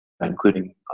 including